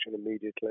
immediately